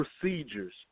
procedures